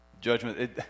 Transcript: Judgment